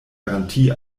garantie